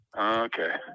okay